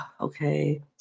Okay